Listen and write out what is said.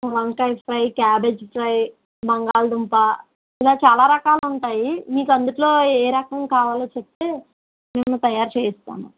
వంకాయ fry cabbage fry బంగాళదుంప ఇలా చాలా రకాలుంటాయి మీకు అందిట్లో ఏ రకం కావాలో చెప్తే మేము తయారు చేయిస్తాము